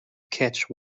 catch